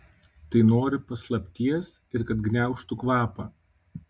tai nori paslapties ir kad gniaužtų kvapą